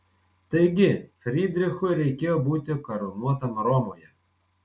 taigi frydrichui reikėjo būti karūnuotam romoje